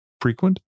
frequent